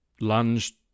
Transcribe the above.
lunged